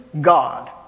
God